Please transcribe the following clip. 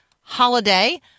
holiday